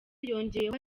yongeyeho